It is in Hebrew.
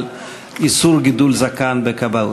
על איסור גידול זקן וכבאות.